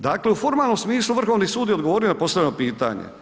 Dakle u formalnom smislu, Vrhovni sud je odgovorio na postavljeno pitanje.